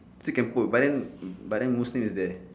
still can put but then but then muslim is there